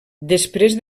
després